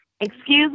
Excuse